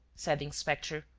said the inspector,